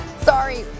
Sorry